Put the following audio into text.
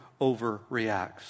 overreacts